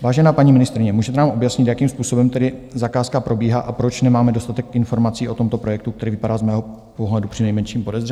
Vážená paní ministryně, můžete nám objasnit, jakým způsobem tedy zakázka probíhá a proč nemáme dostatek informací o tomto projektu, který vypadá z mého pohledu přinejmenším podezřele?